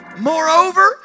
Moreover